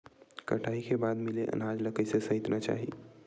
कटाई के बाद मिले अनाज ला कइसे संइतना चाही?